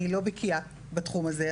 אני לא בקיאה בתחום הזה,